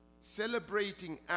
celebrating